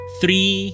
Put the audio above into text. three